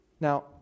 Now